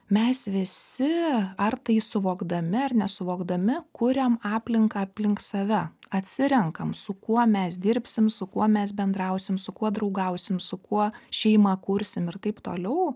mes visi ar tai suvokdami ar nesuvokdami kuriam aplinką aplink save atsirenkam su kuo mes dirbsim su kuo mes bendrausim su kuo draugausim su kuo šeimą kursim ir taip toliau